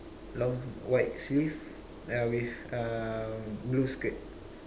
long white sleeve ya with uh blue skirt